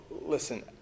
Listen